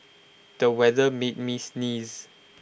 the weather made me sneeze